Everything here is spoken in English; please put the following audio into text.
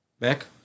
Mac